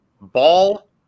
Ball